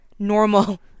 normal